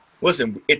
Listen